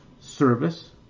service